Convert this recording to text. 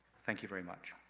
thank you very much.